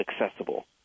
accessible